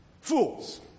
Fools